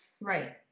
Right